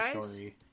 story